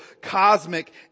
cosmic